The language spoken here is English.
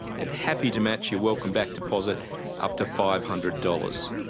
and happy to match your welcome back deposit up to five hundred dollars.